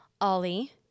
ollie